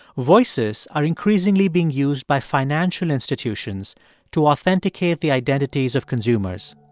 voices are increasingly being used by financial institutions to authenticate the identities of consumers.